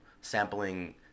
sampling